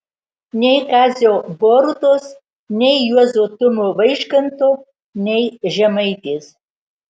nei kazio borutos nei juozo tumo vaižganto nei žemaitės